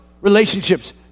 Relationships